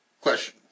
question